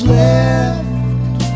left